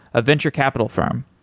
a venture capital firm.